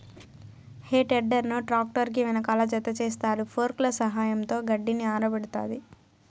హే tedder ను tractor కి వెనకాల జతచేస్తారు, ఫోర్క్ల సహాయంతో గడ్డిని ఆరబెడతాది